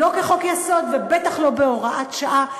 לא כחוק-יסוד ובטח לא בהוראת שעה,